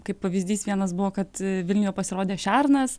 kaip pavyzdys vienas buvo kad vilniuje pasirodė šernas